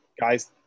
guys